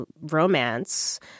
romance